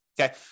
Okay